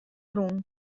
rûn